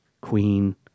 Queen